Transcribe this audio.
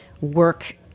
work